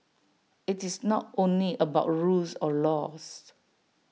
IT is not only about rules or laws